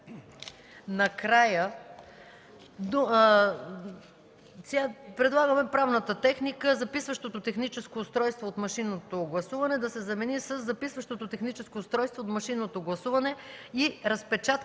накрая – предлагаме правната техника: „записващото техническо устройство от машинното гласуване” да се замени със „записващото техническо устройство от машинното гласуване и разпечатката